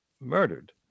murdered